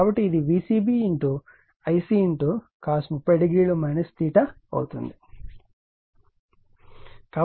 కాబట్టి ఇది VcbIc cos 300 అవుతుంది